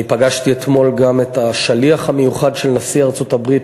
אני פגשתי אתמול גם את השליח המיוחד של נשיא ארצות-הברית